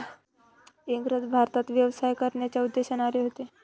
इंग्रज भारतात व्यवसाय करण्याच्या उद्देशाने आले होते